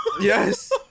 Yes